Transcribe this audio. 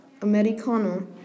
americano